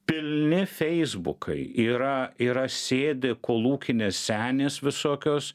pilni feisbukai yra yra sėdi kolūkinės senės visokios